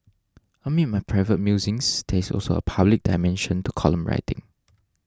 amid my private musings there is also a public dimension to column writing